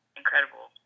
incredible